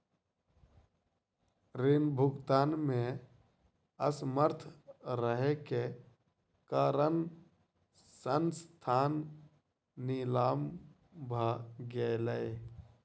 ऋण भुगतान में असमर्थ रहै के कारण संस्थान नीलाम भ गेलै